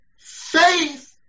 Faith